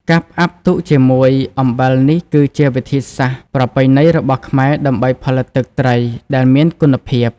ការផ្អាប់ទុកជាមួយ អំបិលនេះគឺជាវិធីសាស្ត្រប្រពៃណីរបស់ខ្មែរដើម្បីផលិតទឹកត្រីដែលមានគុណភាព។